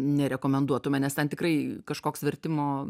nekomenduotume nes ten tikrai kažkoks vertimo